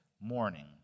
morning